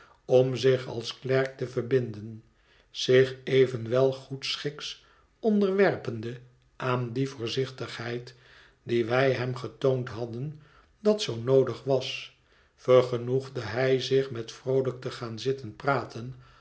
om zich als klerk te verbinden zich evenwel goedschiks onderwerpende aan die voorzichtigheid die wij hem getoond hadden dat zoo noodig was vergenoegde hij zich met vroolijk te gaan zitten praten